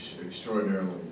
Extraordinarily